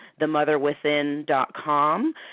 themotherwithin.com